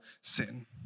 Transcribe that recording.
sin